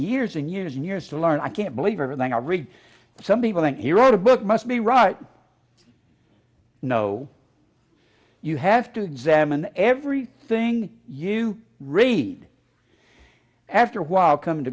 years and years and years to learn i can't believe everything i read some people think he wrote a book must be right no you have to examine every thing you read after awhile come to